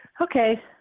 Okay